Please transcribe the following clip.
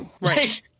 Right